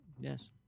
yes